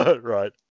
right